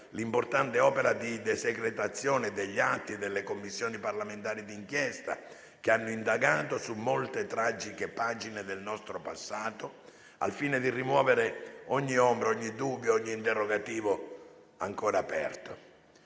l'importante opera di desecretazione degli atti delle Commissioni parlamentari d'inchiesta, che hanno indagato su molte tragiche pagine del nostro passato, al fine di rimuovere ogni ombra, ogni dubbio e ogni interrogativo ancora aperto.